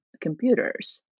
computers